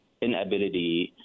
inability